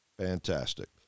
Fantastic